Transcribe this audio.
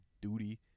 duty